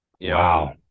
Wow